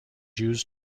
used